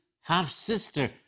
half-sister